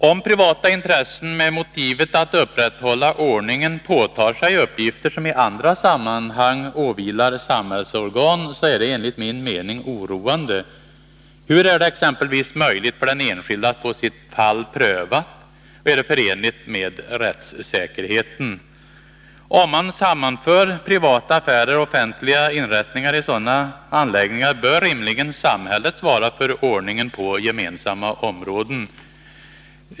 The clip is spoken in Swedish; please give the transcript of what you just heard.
Om privata intressen, med motivet att upprätthålla ordningen, påtar sig uppgifter som i andra sammanhang åvilar samhällsorgan, är detta enligt min mening oroande. Hur är det exempelvis möjligt för den enskilde att få sitt fall prövat, och är det förenligt med rättssäkerheten? Om man sammanför privata affärer och offentliga inrättningar i sådana anläggningar, bör samhället rimligen svara för ordningen på gemensamma områden.